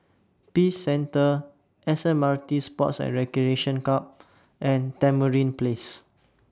Peace Centre S M R T Sports and Recreation Club and Tamarind Place